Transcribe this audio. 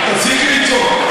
תפסיקי לצעוק.